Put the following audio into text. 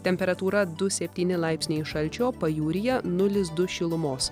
temperatūra du septyni laipsniai šalčio o pajūryje nulis du šilumos